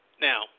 Now